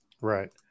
Right